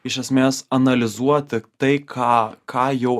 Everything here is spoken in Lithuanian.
iš esmės analizuoti tai ką ką jau